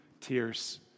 tears